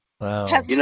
Wow